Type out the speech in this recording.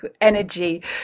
energy